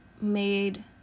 made